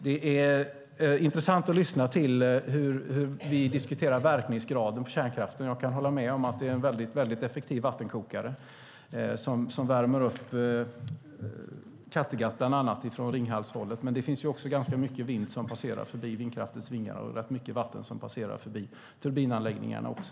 Det är intressant att lyssna till hur vi diskuterar verkningsgraden av kärnkraften. Jag kan hålla med om att det är en väldigt effektiv vattenkokare som bland annat värmer upp Kattegatt från Ringhalshållet, men det finns också ganska mycket vind som passerar vindkraftens vingar och rätt mycket vatten som passerar förbi turbinanläggningarna också.